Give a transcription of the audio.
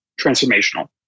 transformational